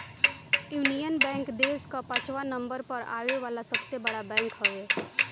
union Bank देस कअ पाचवा नंबर पअ आवे वाला सबसे बड़ बैंक हवे